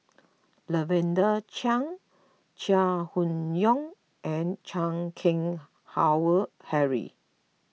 Lavender Chang Chai Hon Yoong and Chan Keng Howe Harry